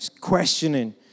questioning